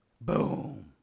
Boom